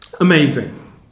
Amazing